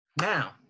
now